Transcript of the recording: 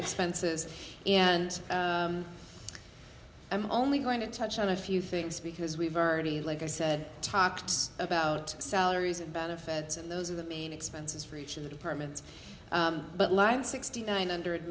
expenses and i'm only going to touch on a few things because we've already like i said talked about salaries and benefits and those are the main expenses for each of the departments but lived sixty nine hundred